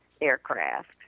aircraft